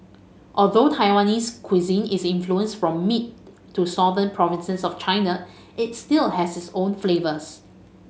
although Taiwanese cuisine is influenced from mid to southern provinces of China it still has its own flavours